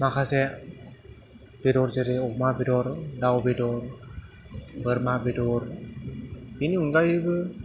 माखासे बेदर जेरै अमा बेदर दाउ बेदर बोरमा बेदर बेनि अनगायैबो